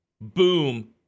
Boom